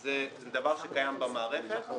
זה דבר שקיים במערכת.